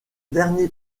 dernier